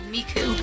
Miku